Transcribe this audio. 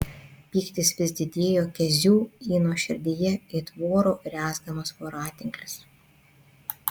pyktis vis didėjo kezių ino širdyje it voro rezgamas voratinklis